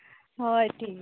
ᱦᱳᱭ ᱴᱷᱤᱠᱜᱮᱭᱟ